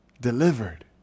delivered